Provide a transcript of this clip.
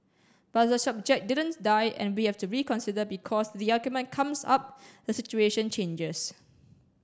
but the subject didn't die and we have to reconsider because the argument comes up the situation changes